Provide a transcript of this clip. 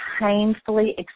painfully